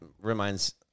reminds